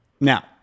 Now